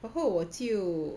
然后我就